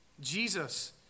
Jesus